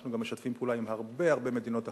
אנחנו גם משתפים פעולה עם הרבה-הרבה מדינות אחרות.